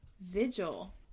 Vigil